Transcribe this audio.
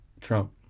Trump